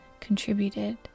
contributed